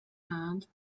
hand